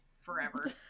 forever